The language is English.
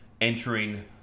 entering